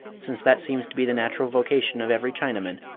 since that seems to be the natural vocation of every chinaman,